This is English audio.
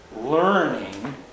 learning